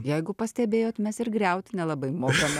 jeigu pastebėjote mes ir griauti nelabai mažame